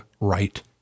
right